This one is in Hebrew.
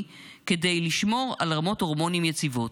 כדי לשמור על רמות הורמונים יציבות.